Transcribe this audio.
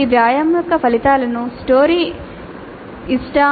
ఈ వ్యాయామం యొక్క ఫలితాలను story